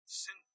sin